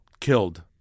killed